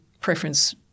preference